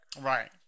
Right